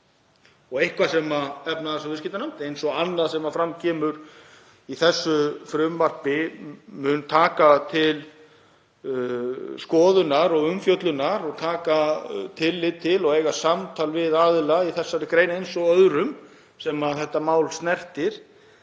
er eitthvað sem efnahags- og viðskiptanefnd, eins og annað sem fram kemur í þessu frumvarpi, mun taka til skoðunar og umfjöllunar og taka tillit til og eiga samtal við aðila í þessari grein eins og öðrum sem þetta mál snertir.